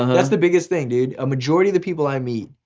um that's the biggest thing, dude, a majority of the people i meet,